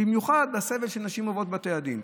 במיוחד הסבל שנשים עוברות בבתי הדין.